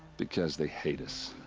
because they hate us.